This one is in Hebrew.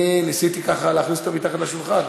אני ניסיתי להכניס אותה מתחת לשולחן,